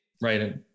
Right